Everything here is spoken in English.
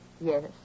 Yes